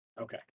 Okay